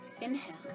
inhale